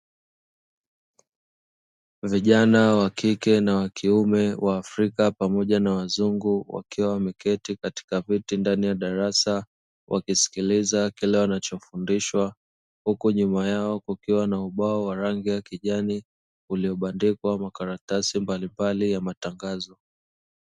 Vijana wa kike na wa kiume waafrika pamoja na wazungu, wakiwa wameketi katika viti ndani ya darasa, wakisikiliza kile wanachofundishwa huku nyuma yao kukiwa na ubao wa rangi ya kijani uliobandikwa makaratasi mbalimbali ya matangazo.